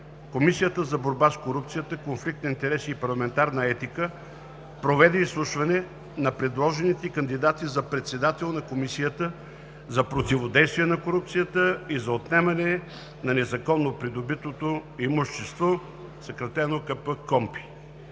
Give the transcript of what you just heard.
Комисията за борба с корупцията, конфликт на интереси и парламентарна етика проведе изслушване на предложените кандидати за председател на Комисията за противодействие на корупцията и за отнемане на незаконно придобитото имущество – КПКОНПИ,